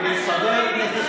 זו ממשלת ההכלה.